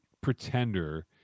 pretender